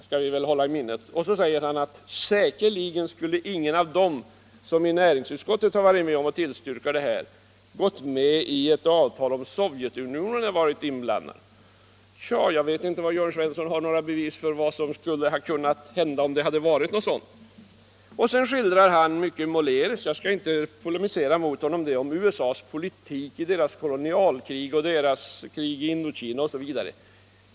Så säger han vidare, att säkerligen skulle ingen av de ledamöter som i näringsutskottet har varit med om att tillstyrka denna anslutning godkänt den om Sovjet varit inblandat. Ja, jag vet inte vad herr Svensson i Malmö har för bevis för det. Han skildrar mycket målande — jag skall inte polemisera mot honom om det — USA:s politik, dess kolonialkrig i Indokina osv.